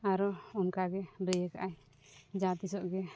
ᱟᱨᱚ ᱚᱱᱠᱟᱜᱮ ᱞᱟᱹᱭᱟᱠᱟᱜᱼᱟᱭ ᱡᱟᱦᱟᱸ ᱛᱤᱥᱚᱜᱼᱜᱮ